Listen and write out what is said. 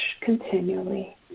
continually